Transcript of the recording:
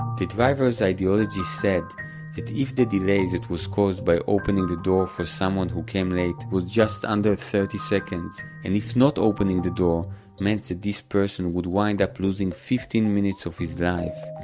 the driver's ideology said that if the delay that was caused by opening the door for someone who came late was just under thirty seconds, and if not opening the door meant that this person would wind up losing fifteen minutes of his life,